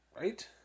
Right